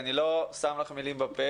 אמרתי, אני לא שם לך מילים בפה.